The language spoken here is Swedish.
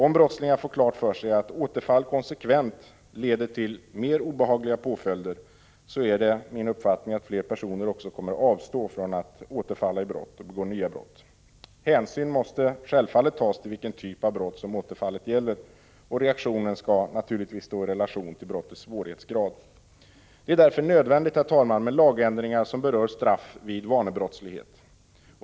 Om brottslingar får klart för sig att återfall konsekvent leder till mer obehagliga påföljder kommer fler personer att avstå från att återfalla i brott och att begå nya brott. Hänsyn måste självfallet tas till vilken typ av brott som återfallet gäller. Reaktionen skall naturligtvis stå i relation till brottets svårighetsgrad. Det är därför nödvändigt, herr talman, med lagändringar som berör straff vid vanebrottslighet.